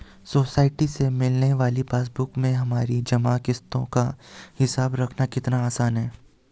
society से मिलने वाली पासबुक में हमारी जमा किश्तों का हिसाब रखना कितना आसान है